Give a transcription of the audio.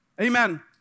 Amen